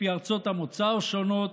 לפי ארצות המוצא השונות,